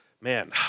Man